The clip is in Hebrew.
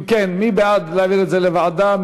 אם כן, מי בעד להעביר את זה לוועדה?